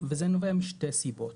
וזה נובע משתי סיבות.